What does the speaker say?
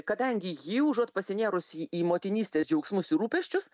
kadangi ji užuot pasinėrusi į motinystės džiaugsmus ir rūpesčius